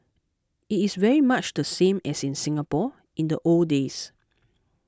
it is very much the same as in Singapore in the old days